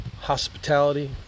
hospitality